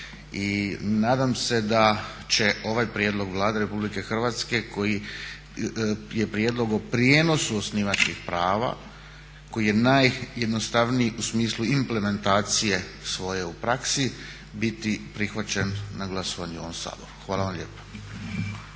I nadam se da će ovaj prijedlog Vlade Republike Hrvatske koji je prijedlog o prijenosu osnivačkih prava, koji je najjednostavniji u smislu implementacije svoje u praksi biti prihvaćen na glasovanju u ovom Saboru. Hvala vam lijepa.